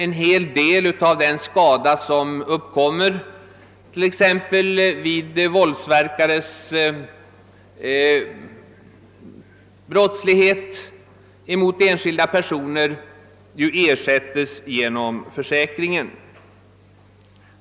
En hel del av den skada som uppkommer t.ex. vid våldsverkares brottslighet mot enskilda personer ersättes av denna försäkring.